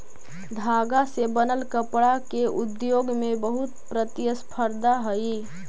धागा से बनल कपडा के उद्योग में बहुत प्रतिस्पर्धा हई